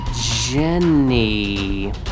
Jenny